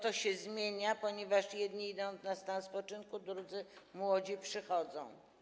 To się zmienia, ponieważ jedni odchodzą w stan spoczynku, drudzy, młodzi, przychodzą.